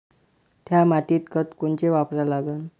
थ्या मातीत खतं कोनचे वापरा लागन?